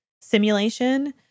simulation